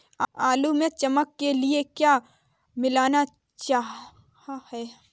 आलू में चमक के लिए क्या मिलाया जाता है?